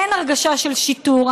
אין הרגשה של שיטור.